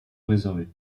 réservé